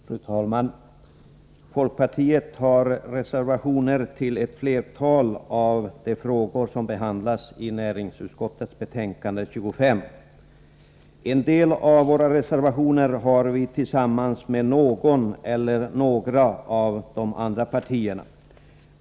Fru talman! Folkpartiet har avgivit reservationer beträffande ett flertal av de frågor som behandlas i näringsutskottets betänkande 25. En del av dessa reservationer har vi avgivit tillsammans med något eller några av de övriga partierna.